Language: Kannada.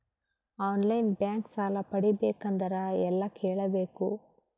ಆನ್ ಲೈನ್ ಬ್ಯಾಂಕ್ ಸಾಲ ಪಡಿಬೇಕಂದರ ಎಲ್ಲ ಕೇಳಬೇಕು?